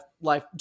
life